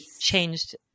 changed